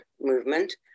movement